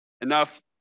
enough